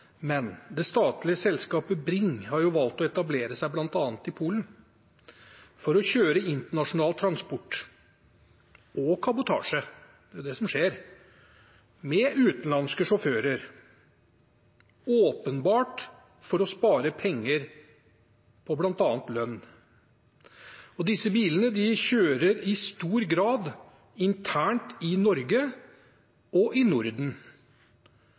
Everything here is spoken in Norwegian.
Det statlige selskapet Bring har valgt å etablere seg bl.a. i Polen for å kjøre internasjonal transport og kabotasje – det er det som skjer – med utenlandske sjåfører, åpenbart for å spare penger på bl.a. lønn. Disse bilene kjører i stor grad internt i Norge og i Norden.